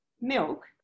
milk